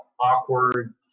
Awkward